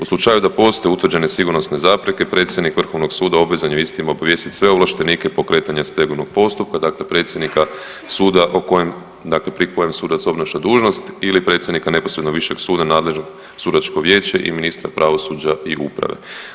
U slučaju da postoje utvrđene sigurnosne zapreke predsjednik vrhovnog suda obvezan je o istim obavijestit sve ovlaštenike pokretanja stegovnog postupka, dakle predsjednika suda o kojem, dakle pri kojem sudac obnaša dužnost ili predsjednika neposredno višeg suda, nadležno sudačko vijeće i ministar pravosuđa i uprave.